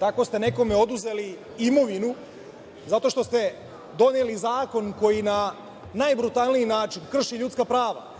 tako ste nekome oduzeli imovinu zato što ste doneli zakon koji na najbrutalniji način krši ljudska prava